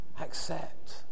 accept